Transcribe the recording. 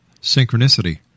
synchronicity